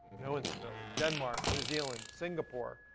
no instability. denmark, new zealand, singapore,